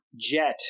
jet